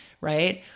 right